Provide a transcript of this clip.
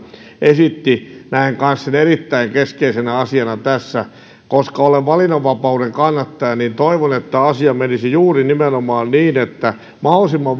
esitti näen myös sen erittäin keskeisenä asiana tässä koska olen valinnanvapauden kannattaja niin toivon että asia menisi juuri nimenomaan niin että mahdollisimman